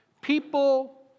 people